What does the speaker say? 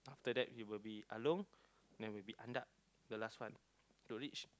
after that it will be Along then will be Andak the last one to reach